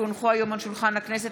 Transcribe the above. כי הונחו היום על שולחן הכנסת,